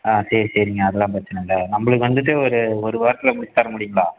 ஆ சரி சரிங்க அதெல்லாம் பிரச்சினை இல்லை நம்மளுக்கு வந்துட்டு ஒரு ஒரு வாரத்தில் முடித்து தர முடியுங்களா